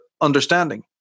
understanding